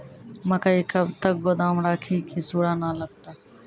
मकई कब तक गोदाम राखि की सूड़ा न लगता?